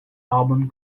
album